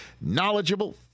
knowledgeable